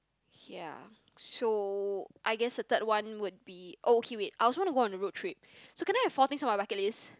ya so I guess the third one would be okay wait I also want to go on the road trip so can I have four things on my bucket list